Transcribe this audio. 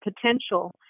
potential